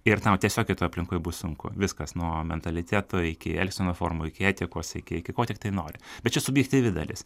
ir tau tiesiog aplinkui bus sunku viskas nuo mentaliteto iki elgseno formų iki etikos iki iki ko tiktai nori bet čia subjektyvi dalis